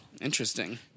Interesting